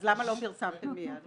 אז, למה לא פרסמתם מיד?